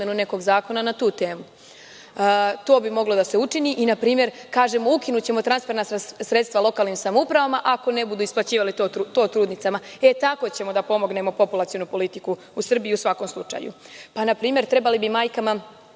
nekog zakona na tu temu. To bi moglo da se učini i na primer kažemo – ukinućemo transferna sredstva lokalnim samoupravama ako ne budu isplaćivali to trudnicama. E, tako ćemo da pomognemo populacionu politiku u Srbiji u svakom slučaju. Trebalo bi majkama